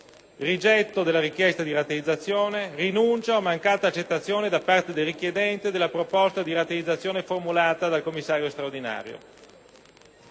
rigetto della richiesta di rateizzazione, di rinuncia o mancata accettazione da parte del richiedente della proposta di rateizzazione formulata dal commissario straordinario.